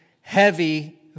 heavy